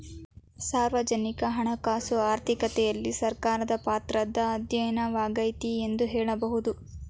ಸಾರ್ವಜನಿಕ ಹಣಕಾಸು ಆರ್ಥಿಕತೆಯಲ್ಲಿ ಸರ್ಕಾರದ ಪಾತ್ರದ ಅಧ್ಯಯನವಾಗೈತೆ ಎಂದು ಹೇಳಬಹುದು